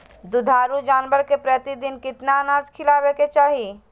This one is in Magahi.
दुधारू जानवर के प्रतिदिन कितना अनाज खिलावे के चाही?